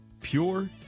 pure